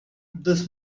this